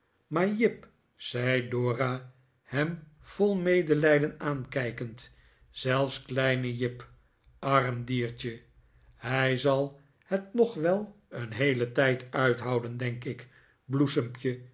maar jip zei dora hem vol medelijden aankijkend zelfs kleine jip arm diertje hij zal het nog wel een heelen tijd uithouden denk ik bloesempje